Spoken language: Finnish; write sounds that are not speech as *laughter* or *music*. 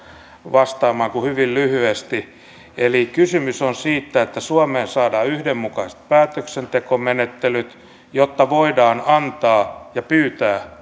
vastaamaan kuin hyvin lyhyesti eli kysymys on siitä että suomeen saadaan yhdenmukaiset päätöksentekomenettelyt jotta voidaan antaa ja pyytää *unintelligible*